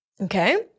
Okay